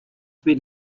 been